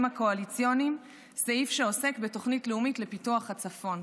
הקואליציוניים סעיף שעוסק בתוכנית לאומית לפיתוח הצפון.